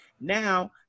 Now